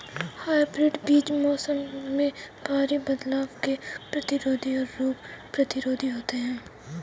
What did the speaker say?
hybrid बीज मौसम में भारी बदलाव के प्रतिरोधी और रोग प्रतिरोधी होते हैं